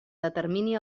determini